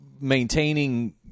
maintaining